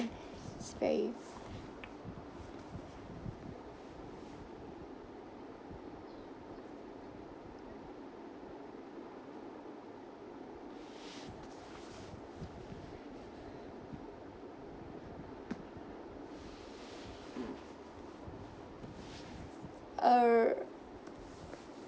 it's very err